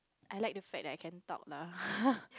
I like the fact that I can talk lah